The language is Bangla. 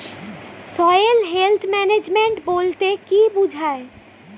সয়েল হেলথ ম্যানেজমেন্ট বলতে কি বুঝায়?